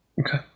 Okay